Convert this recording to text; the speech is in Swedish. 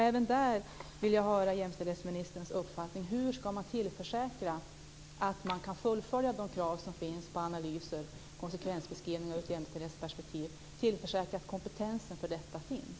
Även här vill jag höra jämställdhetsministerns uppfattning: Hur ska man tillförsäkra att man kan uppfylla de krav som ställs på analyser och konsekvensbeskrivningar ur ett jämställdhetsperspektiv och att kompetensen för detta finns?